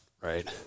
right